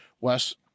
Wes